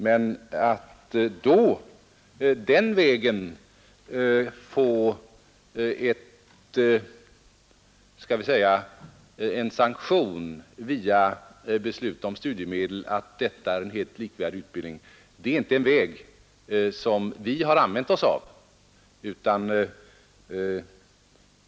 Men att via beslut om studiemedel få sanktion för att detta är en helt likvärdig utbildning är inte en väg som vi kan använda oss av.